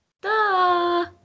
Duh